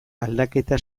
aldaketa